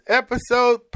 episode